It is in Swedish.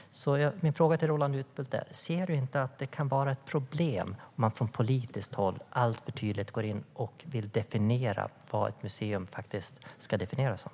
Min fråga till Roland Utbult är: Ser du inte att det kan vara ett problem om man från politiskt håll alltför tydligt går in och vill definiera vad ett museum faktiskt ska definieras som?